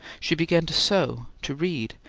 she began to sew, to read,